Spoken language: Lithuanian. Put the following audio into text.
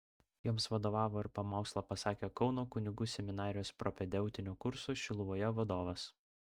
joms vadovavo ir pamokslą pasakė kauno kunigų seminarijos propedeutinio kurso šiluvoje vadovas